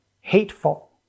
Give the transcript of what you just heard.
hateful